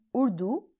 Urdu